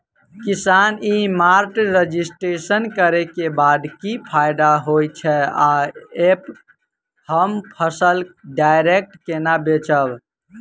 किसान e mart registration करै केँ बाद की फायदा होइ छै आ ऐप हम फसल डायरेक्ट केना बेचब?